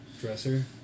dresser